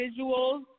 visuals